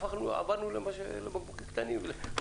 עברנו לבקבוקים קטנים.